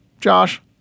Josh